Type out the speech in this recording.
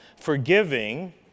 Forgiving